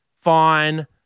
fine